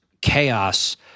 chaos